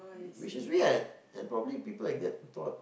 which is weird and probably people like that thought